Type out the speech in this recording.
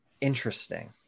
interesting